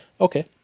okay